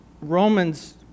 Romans